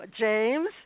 james